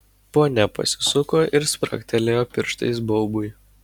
ponia pasisuko ir spragtelėjo pirštais baubui